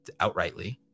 outrightly